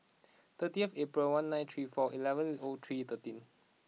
thirtieth April one nine three four eleven O three thirteen